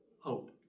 hope